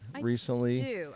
recently